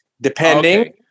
depending